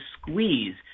squeeze